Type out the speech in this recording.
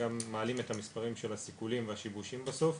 וגם מעלים את המספרים של הסיכולים והשיבושים בסוף,